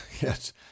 yes